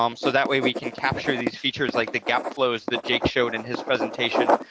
um so that way we can capture these features like the gap flows that jake showed in his presentation,